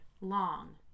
long